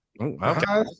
Okay